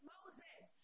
Moses